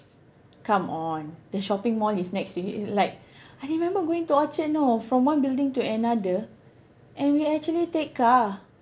come on the shopping mall is next to you like I remember going to Orchard you know from one building to another and we actually take car